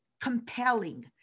compelling